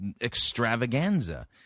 extravaganza